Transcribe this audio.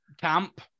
camp